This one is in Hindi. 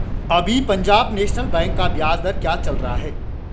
अभी पंजाब नैशनल बैंक का ब्याज दर क्या चल रहा है?